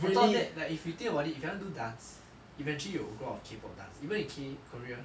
on top of that like if you think about it if you want do dance eventually you will grow out of K pop dance even in K korea